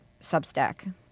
Substack